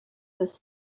this